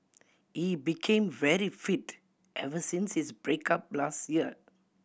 he became very fit ever since his break up last year